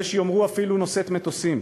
יש שיאמרו אפילו נושאת מטוסים.